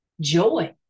Joy